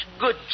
good